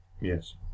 Yes